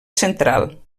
central